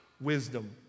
wisdom